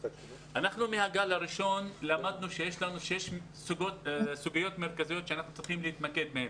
מהגל הראשון למדנו שיש סוגיות מרכזיות שאנחנו צריכים להתמקד בהן.